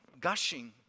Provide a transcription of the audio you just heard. gushing